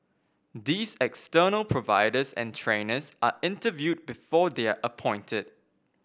these external providers and trainers are interviewed before they are appointed